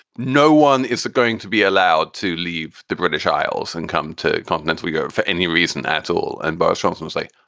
no one is going to be allowed to leave the british isles and come to continent. we go for any reason at all. and boris johnson say,